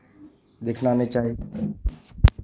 दिखना नहि चाही